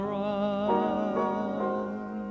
run